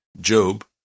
Job